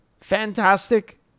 Fantastic